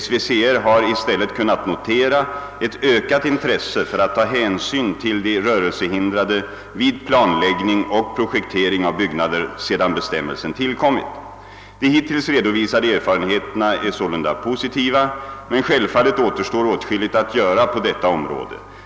SVCR har i stället kunnat notera ett ökat intresse för att ta hänsyn till de rörelsehindrade vid planläggning och projektering av byggnader, sedan bestämmelsen tillkommit. De hittills redovisade erfarenheterna är sålunda positiva, men självfallet återstår åtskilligt att göra på detta område.